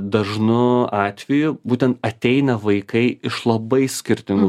dažnu atveju būtent ateina vaikai iš labai skirtingų